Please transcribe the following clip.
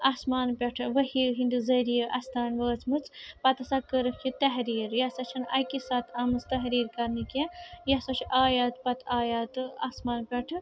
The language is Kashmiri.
آسمان پٮ۪ٹھ ؤحییو ہنٛدِ ذٔریعہِ اسہِ تانۍ وٲژمٕژ پَتہٕ ہَسا کٔرٕکھ یہِ تحریٖر یہِ ہَسا چھَنہٕ اَکے ساتہٕ آمٕژ تحریٖر کرنہٕ کیٚنٛہہ یہِ ہسا چھِ آیات پَتہٕ آیات آسمان پٮ۪ٹھ